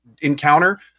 encounter